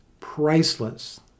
priceless